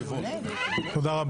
תודה.